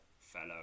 fellow